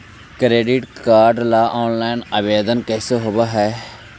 Credit card ल online आवेदन कैसे होब है?